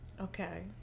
Okay